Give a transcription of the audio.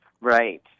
right